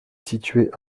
située